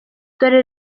dore